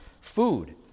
food